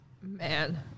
Man